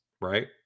right